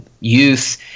youth